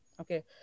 Okay